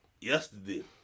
yesterday